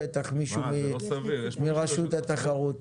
יש בטח מישהו מרשות התחרות.